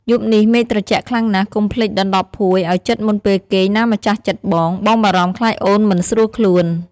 យប់នេះមេឃត្រជាក់ខ្លាំងណាស់ កុំភ្លេចដណ្តប់ភួយឱ្យជិតមុនពេលគេងណាម្ចាស់ចិត្តបង បងបារម្ភខ្លាចអូនមិនស្រួលខ្លួន។